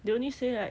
they only say like